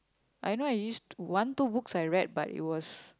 I know I used to one two books I read but it was